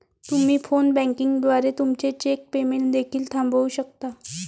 तुम्ही phone banking द्वारे तुमचे चेक पेमेंट देखील थांबवू शकता